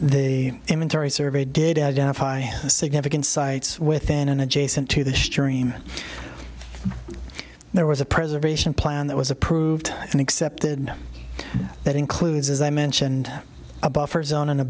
the imagery survey did identify significant sites within an adjacent to the juryman there was a preservation plan that was approved and accepted that includes as i mentioned a buffer zone and a